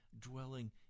dwelling